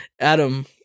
Adam